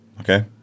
Okay